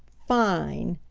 fine!